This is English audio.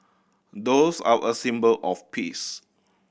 doves are a symbol of peace